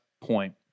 point